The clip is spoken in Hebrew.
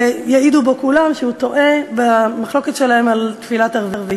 ויעידו פה כולם שהוא טועה במחלוקת שלהם על תפילת ערבית.